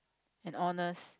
and honest